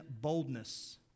boldness